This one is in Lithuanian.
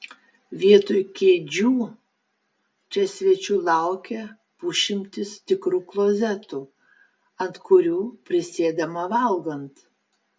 vietoj kėdžių čia svečių laukia pusšimtis tikrų klozetų ant kurių prisėdama valgant